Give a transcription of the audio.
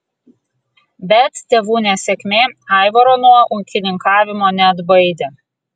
bet tėvų nesėkmė aivaro nuo ūkininkavimo neatbaidė